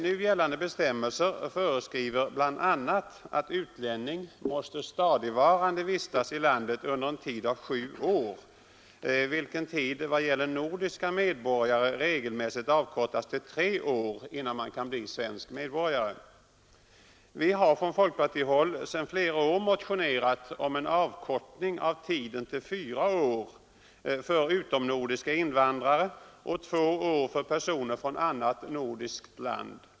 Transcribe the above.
Nu gällande bestämmelser föreskriver bl.a. att utlänning måste stadigvarande vistas i landet under en tid av sju år — vilken tid vad gäller nordiska medborgare regelmässigt avkortas till tre år — innan man kan bli svensk medborgare. Vi har från folkpartihåll sedan flera år motionerat om en avkortning av tiden till fyra år för utomnordiska invandrare och till två år för personer från annat nordiskt land.